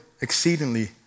Exceedingly